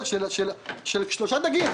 של שלושה סוגי דגים,